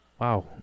Wow